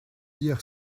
hier